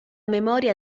memoria